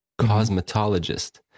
cosmetologist